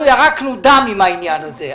אנחנו ירקנו דם עם העניין הזה.